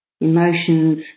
Emotions